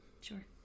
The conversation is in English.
Sure